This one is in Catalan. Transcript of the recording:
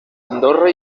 andorra